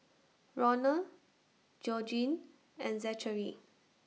Ronal Georgine and Zachery